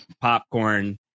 popcorn